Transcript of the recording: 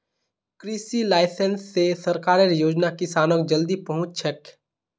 कृषि लाइसेंस स सरकारेर योजना किसानक जल्दी पहुंचछेक